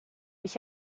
ich